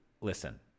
listen